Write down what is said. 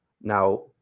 now